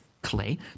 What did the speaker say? Clay